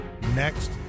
Next